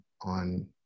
on